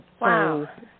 Wow